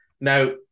Now